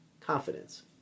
Confidence